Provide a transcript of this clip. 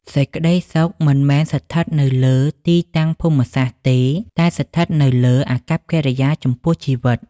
សេចក្តីសុខមិនមែនស្ថិតនៅលើ "ទីតាំងភូមិសាស្ត្រ" ទេ តែស្ថិតនៅលើ "អាកប្បកិរិយាចំពោះជីវិត"។